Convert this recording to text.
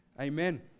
Amen